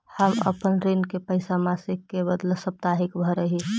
हम अपन ऋण के पैसा मासिक के बदला साप्ताहिक भरअ ही